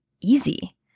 easy